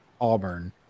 Auburn